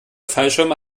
fallschirme